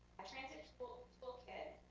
a transit toolkit,